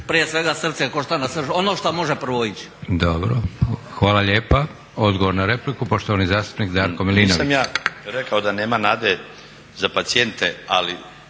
prije svega srce, koštana srž, ono što može prvo ići. **Leko, Josip (SDP)** Dobro, hvala lijepa. Odgovor na repliku, poštovani zastupnik Darko Milinović.